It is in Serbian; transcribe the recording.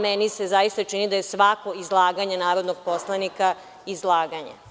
Meni se zaista čini da je svako izlaganje narodnog poslanika izlaganje.